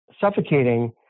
suffocating